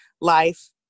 Life